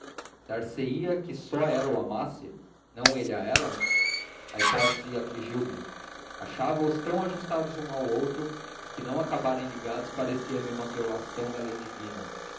afeição dar se ia que só ela o amasse não ele a ela a hipótese afligiu me achava os tão ajustados um ao outro que não acabarem ligados parecia-me uma violação da lei divina